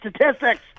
statistics